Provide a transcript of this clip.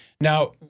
Now